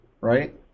Right